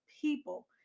people